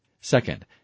second